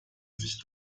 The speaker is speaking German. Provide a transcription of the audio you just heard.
sich